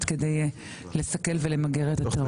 כדי לסכל ולמגר את הטרור.